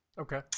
Okay